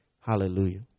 Hallelujah